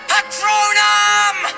Patronum